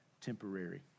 temporary